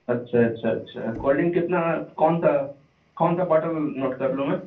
اچھا اچھا اچھا کولڈ ڈرنک کتنا کون سا کون سا باٹل نوٹ کر لوں میں